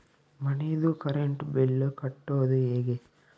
ಮನಿದು current bill ಕಟ್ಟೊದು ಹೇಗೆ?